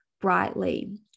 brightly